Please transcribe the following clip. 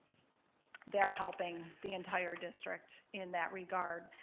they are helping the entire district in that regard.